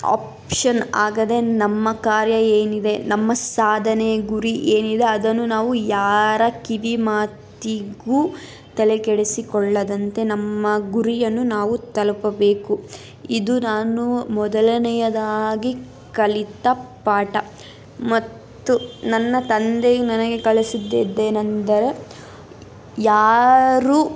option ಆಗದೇ ನಮ್ಮ ಕಾರ್ಯ ಏನಿದೆ ನಮ್ಮ ಸಾಧನೆ ಗುರಿ ಏನಿದೆ ಅದನ್ನು ನಾವು ಯಾರ ಕಿವಿಮಾತಿಗೂ ತಲೆಕೆಡಿಸಿಕೊಳ್ಳದಂತೆ ನಮ್ಮ ಗುರಿಯನ್ನು ನಾವು ತಲುಪಬೇಕು ಇದು ನಾನು ಮೊದಲನೇಯದಾಗಿ ಕಲಿತ ಪಾಠ ಮತ್ತು ನನ್ನ ತಂದೆಯು ನನಗೆ ಕಲಿಸಿದ್ದೇನಂದರೆ ಯಾರೂ